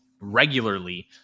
regularly